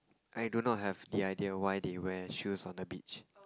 I don't know have the idea why they wear shoes on the beach